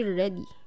ready